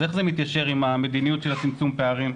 אז איך זה מתיישב עם מדיניות צמצום הפערים?